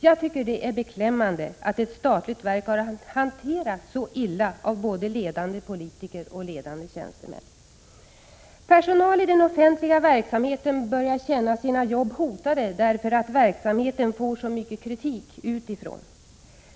Jag tycker att det är beklämmande att ett statligt verk har hanterats så illa av både ledande politiker och ledande tjänstemän. Personal i den offentliga verksamheten börjar känna sina jobb hotade därför att verksamheten får så mycket kritik utifrån.